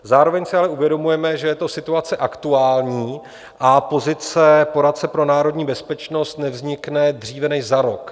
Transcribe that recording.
Zároveň si ale uvědomujeme, že je to situace aktuální a pozice poradce pro národní bezpečnost nevznikne dříve než za rok.